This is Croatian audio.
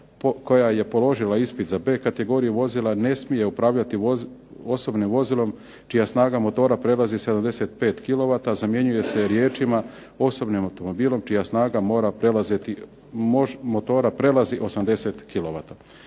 koja je položila ispit za B kategoriju vozila ne smije upravljati osobnim vozilom čija snaga motora prelazi 75 kilovata zamjenjuje se riječima: osobnim automobilom čija snaga motora prelazi 80